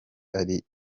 ari